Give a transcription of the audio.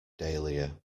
dahlia